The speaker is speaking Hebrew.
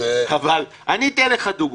אבל אני אתן לך דוגמה,